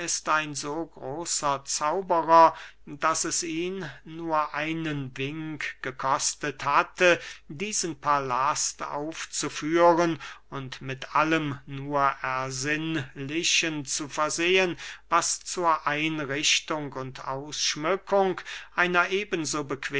ein so großer zauberer daß es ihn nur einen wink gekostet hatte diesen palast aufzuführen und mit allem nur ersinnlichen zu versehen was zur einrichtung und ausschmückung einer eben